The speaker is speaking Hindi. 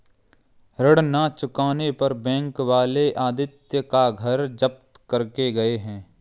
ऋण ना चुकाने पर बैंक वाले आदित्य का घर जब्त करके गए हैं